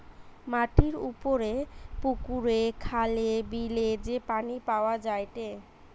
মাটির উপরে পুকুরে, খালে, বিলে যে পানি পাওয়া যায়টে